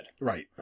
Right